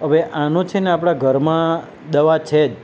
હવે આનું છે ને આપણા ઘરમાં દવા છે જ